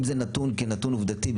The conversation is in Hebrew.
אם זה נתון כנתון עובדתי,